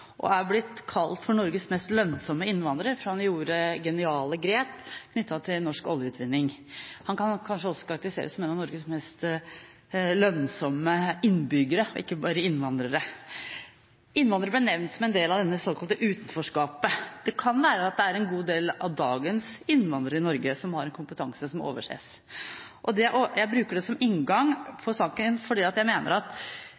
han er blitt kalt for Norges mest lønnsomme innvandrer, for han gjorde geniale grep knyttet til norsk oljeutvinning. Han kan kanskje også karakteriseres som en av Norges mest lønnsomme innbyggere, og ikke bare innvandrere. Innvandrere blir nevnt som en del av dette såkalte utenforskapet. Det kan være at det er en god del av dagens innvandrere i Norge som har en kompetanse som overses. Jeg bruker det som inngang til saken, fordi jeg mener at